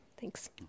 Thanks